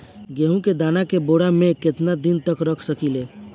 गेहूं के दाना के बोरा में केतना दिन तक रख सकिले?